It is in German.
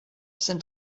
sind